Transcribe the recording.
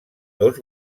dos